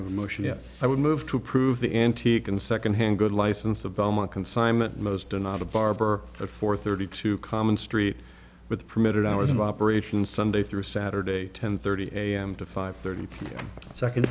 that i would move to approve the antique and second hand good license of belmont consignment most do not a barber for thirty two common street with permitted hours of operation sunday through saturday ten thirty a m to five thirty second